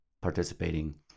participating